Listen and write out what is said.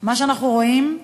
מה שאנחנו רואים הוא